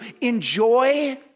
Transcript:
enjoy